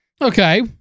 Okay